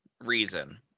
reason